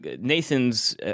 Nathan's –